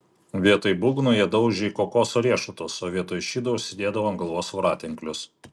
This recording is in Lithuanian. vietoj būgnų jie daužė į kokoso riešutus o vietoj šydo užsidėdavo ant galvos voratinklius